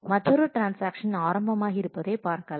மற்றொரு ட்ரான்ஸாக்ஷன் ஆரம்பமாகி இருப்பதை பார்க்கலாம்